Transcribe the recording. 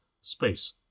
space